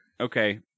Okay